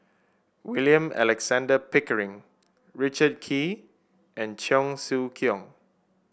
William Alexander Pickering Richard Kee and Cheong Siew Keong